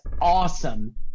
awesome